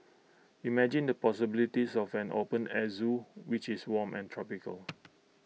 imagine the possibilities of an open air Zoo which is warm and tropical